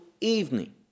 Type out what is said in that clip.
evening